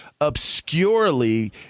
obscurely